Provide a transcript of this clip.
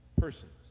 persons